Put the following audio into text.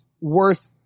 worth